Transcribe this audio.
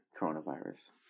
coronavirus